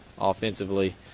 offensively